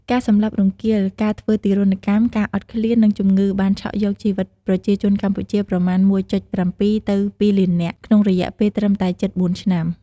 ការសម្លាប់រង្គាល ការធ្វើទារុណកម្ម ការអត់ឃ្លាន និងជំងឺបានឆក់យកជីវិតប្រជាជនកម្ពុជាប្រមាណ ១.៧ ទៅ ២ លាននាក់ ក្នុងរយៈពេលត្រឹមតែជិត ៤ ឆ្នាំ។